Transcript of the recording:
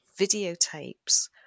videotapes